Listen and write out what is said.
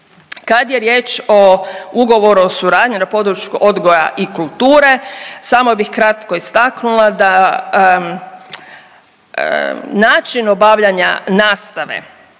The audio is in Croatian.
Kad je riječ o Ugovoru o suradnji na području odgoja i kulture, samo bih kratko istaknula da način obavljanja nastave